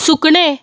सुकणें